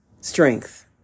strength